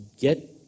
get